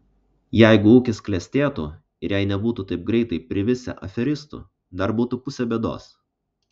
jeigu ūkis klestėtų ir jei nebūtų taip greitai privisę aferistų dar būtų pusė bėdos